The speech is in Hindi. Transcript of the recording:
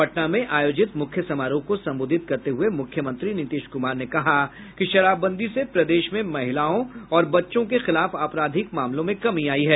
पटना में आयोजित मुख्य समारोह को संबोधित करते हुए मुख्यमंत्री नीतीश कुमार ने कहा कि शराबबंदी से प्रदेश में महिलाओं और बच्चों के खिलाफ आपराधिक मामलों में कमी आयी है